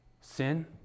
Sin